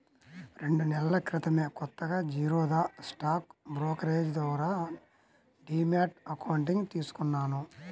రెండు నెలల క్రితమే కొత్తగా జిరోదా స్టాక్ బ్రోకరేజీ ద్వారా డీమ్యాట్ అకౌంట్ తీసుకున్నాను